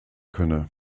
könne